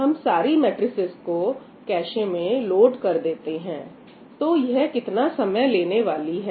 इसलिए हम सारी मैट्रिसेज को कैशे में लोड कर देते हैं तो यह कितना समय लेने वाली है